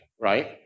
right